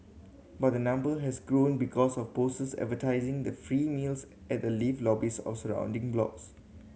but the number has grown because of posts advertising the free meals at the lift lobbies of surrounding blocks